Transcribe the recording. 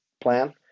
plan